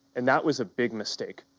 and that was a big mistake.